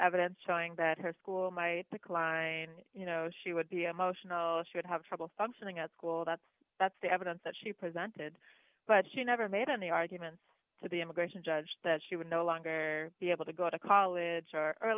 evidence showing that her school might decline you know she would be emotional she would have trouble functioning at school that's that's the evidence that she presented but she never made any arguments to the immigration judge that she would no longer be able to go to college